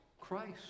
Christ